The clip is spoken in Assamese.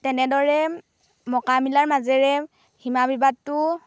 তেনেদৰে মকা মিলাৰ মাজেৰে সীমা বিবাদটো